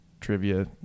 trivia